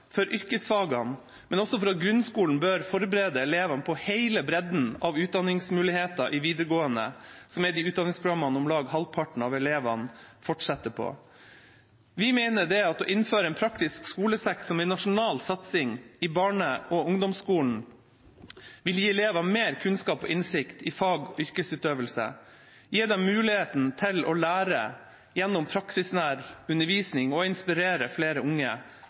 for yrkesfagene, som er de utdanningsprogrammene om lag halvparten av elevene fortsetter på. Vi mener at å innføre en praktisk skolesekk som en nasjonal satsing i barne- og ungdomsskolen vil gi elever mer kunnskap om og innsikt i fag og yrkesutøvelse, gi dem muligheten til å lære gjennom praksisnær undervisning og inspirere flere unge